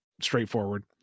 straightforward